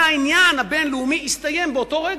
והעניין הבין-לאומי הסתיים באותו רגע.